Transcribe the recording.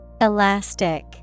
Elastic